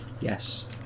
Yes